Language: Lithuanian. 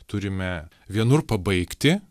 turime vienur pabaigti